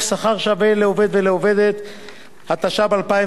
שכר שווה לעובדת ולעובד (תיקון מס' 2),